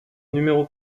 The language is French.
numéro